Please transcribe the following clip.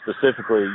specifically